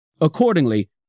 Accordingly